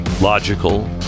logical